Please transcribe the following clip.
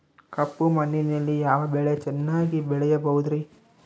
ಕಪ್ಪು ಮಣ್ಣಿನಲ್ಲಿ ಯಾವ ಬೆಳೆ ಚೆನ್ನಾಗಿ ಬೆಳೆಯಬಹುದ್ರಿ?